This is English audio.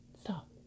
stop